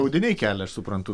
audiniai kelia aš suprantu